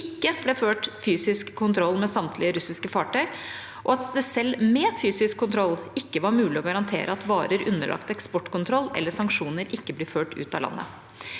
ikke ble ført fysisk kontroll med samtlige russiske fartøy, og at det selv med fysisk kontroll ikke var mulig å garantere at varer underlagt eksportkontroll eller sanksjoner ikke blir ført ut av landet.